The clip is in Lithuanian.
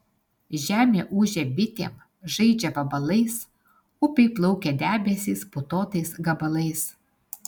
žemė ūžia bitėm žaidžia vabalais upėj plaukia debesys putotais gabalais